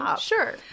sure